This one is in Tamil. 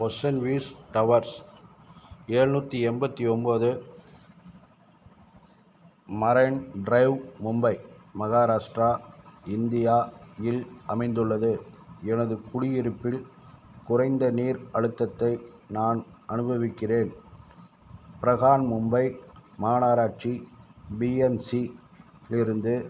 ஓசன்வியூஸ் டவர்ஸ் ஏழ்நூத்தி எண்பத்தி ஒம்போது marine drive Mumbai Maharashtra India இல் அமைந்துள்ளது எனது குடியிருப்பில் குறைந்த நீர் அழுத்தத்தை நான் அனுபவிக்கிறேன் பிரஹான் மும்பை மாநகராட்சி பிஎம்சியிலிருந்து